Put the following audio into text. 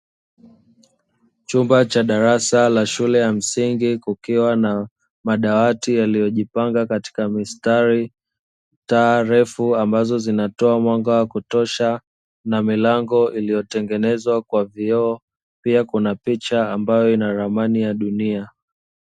Chumba cha darasa la shule ya msingi kukiwa na madawati yaliyojipanga katika mistari, taa refu ambazo zinatoa mwanga wa kutosha na milango iliyotengenezwa kwa vioo, pia kuna picha ambayo ina ramani ya dunia.